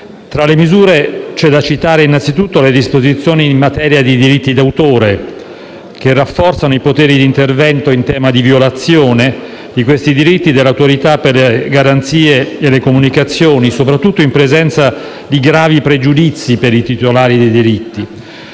rilievo, sono da citare innanzitutto le disposizioni in materia di diritti d'autore, che rafforzano i poteri di intervento in tema di violazione di tali diritti dell'Autorità per le garanzie nelle comunicazioni, soprattutto in presenza di gravi pregiudizi per i titolari dei diritti.